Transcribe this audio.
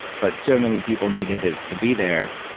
but so many people needed it to be there.